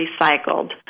recycled